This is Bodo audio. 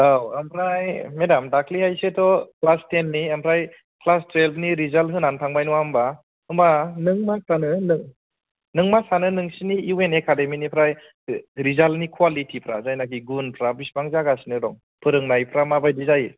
औ आमफ्राय मेदाम दाख्लैहायसोथ' क्लास टेन नि आमफ्राय क्लास थुयेल्भनि रिजाल्ट होनानै थांबाय नङा होमबा होमबा नों मा सानो नों नों मा सानो नोंसिनि इउ एन एकाडेमिनिफ्राय रिजाल्टनि कुयालिटिफ्रा जाय नाखि गुनफ्रा बेसेबां जागासिनो दं फोरोंनायफ्रा माबादि जायो